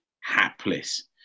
hapless